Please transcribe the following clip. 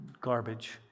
garbage